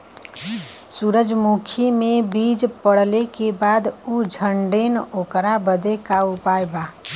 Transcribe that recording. सुरजमुखी मे बीज पड़ले के बाद ऊ झंडेन ओकरा बदे का उपाय बा?